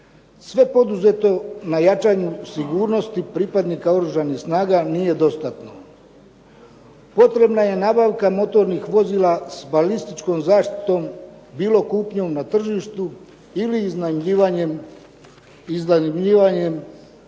sve poduzeto na jačanju sigurnosti pripadnika Oružanih snaga nije dostatno. Potrebna je nabavka motornih vozila sa balističkom zaštitom bilo kupnjom na tržištu ili iznajmljivanjem